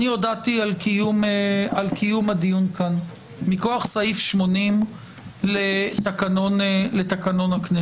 הודעתי על קיום הדיון כאן מכוח סעיף 80 לתקנון הכנסת.